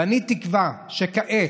ואני תקווה שכעת,